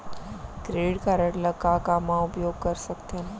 Credit card ला का का मा उपयोग कर सकथन?